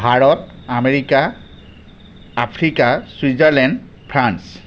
Bharat America Africa Switzerland France